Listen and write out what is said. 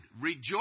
rejoice